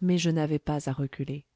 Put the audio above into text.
mais je n'avais pas à reculer